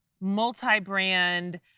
multi-brand